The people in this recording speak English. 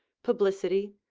publicity,